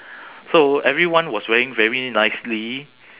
so everyone was wearing very nicely